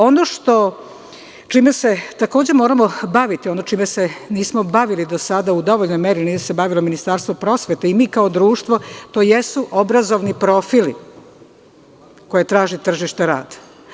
Ono čime se takođe moramo baviti, čime se nismo bavili do sada u, a u dovoljnoj meri nije se bavilo Ministarstvo prosvete i mi kao društvo, to jesu obrazovni profili koje traži tržište rada.